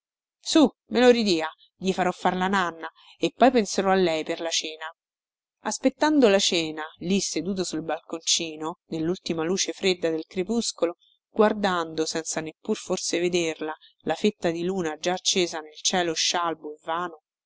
su me lo ridia gli farò far la nanna e poi penserò a lei per la cena aspettando la cena lì seduto sul balconcino nellultima luce fredda del crepuscolo guardando senza neppur forse vederla la fetta di luna già accesa nel cielo scialbo e vano